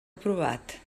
aprovat